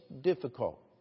difficult